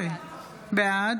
בעד